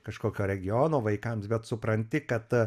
kažkokio regiono vaikams bet supranti kad